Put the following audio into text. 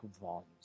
volumes